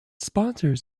sponsors